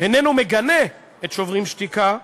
איננו מגנה את "שוברים שתיקה",